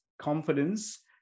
confidence